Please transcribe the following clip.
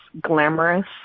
glamorous